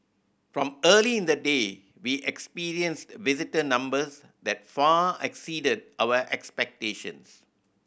from early in the day we experienced visitor numbers that far exceeded our expectations